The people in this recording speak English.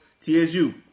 TSU